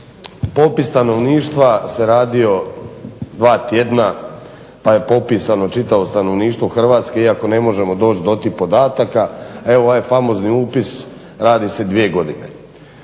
popis stanovništva se radio dva tjedna pa je popisano čitavo stanovništvo Hrvatske, iako ne možemo doći do tih podataka. Evo ovaj famozni upis radi se dvije godine,